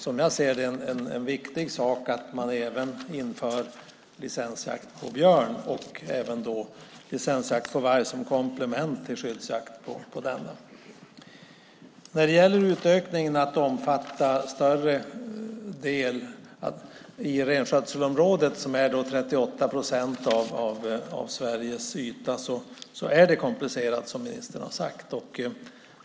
Som jag ser det är det viktigt att även införa licensjakt på björn och licensjakt på varg som komplement till skyddsjakt på varg. Frågan om utökningen, det vill säga en större del i renskötselområdet, som är 38 procent av Sveriges yta, är komplicerad, som ministern har sagt.